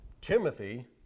Timothy